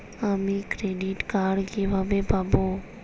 আমি credit card কিভাবে পাবো?